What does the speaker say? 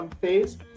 phase